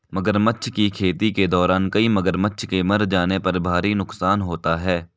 मगरमच्छ की खेती के दौरान कई मगरमच्छ के मर जाने पर भारी नुकसान होता है